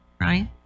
right